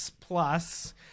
plus